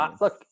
Look